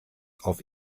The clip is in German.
auf